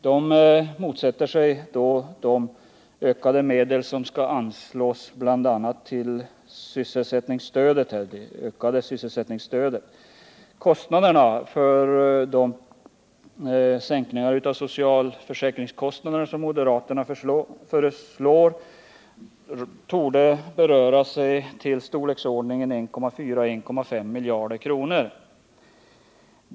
De motsätter sig då att ökade medel anslås bl.a. till ökat sysselsättningsstöd. Kostnaderna för de sänkningar av socialförsäkringsavgifterna som moderaterna föreslår torde belöpa sig till storleksordningen 1,4—1,5 miljarder kronor.